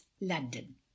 London